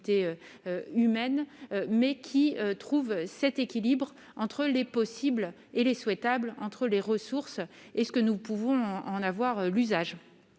humaines mais qui trouve cet équilibre entre les possibles et les souhaitables entre les ressources et ce que nous pouvons en avoir l'usage.